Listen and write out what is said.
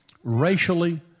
racially